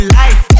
life